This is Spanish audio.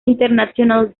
international